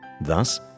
Thus